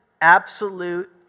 absolute